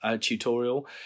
tutorial